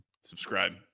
Subscribe